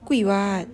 贵 [what]